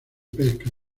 pesca